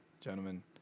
gentlemen